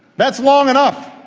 that's long enough.